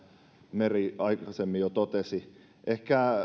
meri aikaisemmin jo totesi ehkä